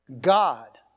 God